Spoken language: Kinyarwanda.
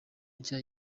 nshya